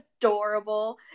adorable